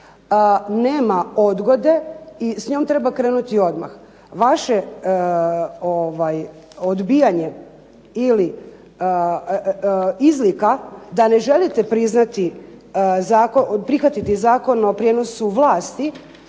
nema odgode i s njom treba krenuti odmah. Vaše odbijanje ili izlika da ne želite prihvatiti Zakon o prijenosu vlasti